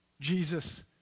Jesus